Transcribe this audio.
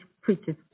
preacher's